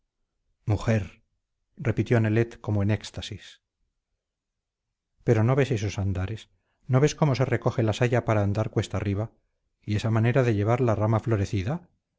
mujer repitió nelet como en éxtasis pero no ves esos andares no ves cómo se recoge la saya para andar cuesta arriba y esa manera de llevar la rama florecida